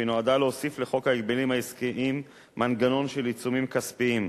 והיא נועדה להוסיף לחוק ההגבלים העסקיים מנגנון של עיצומים כספיים.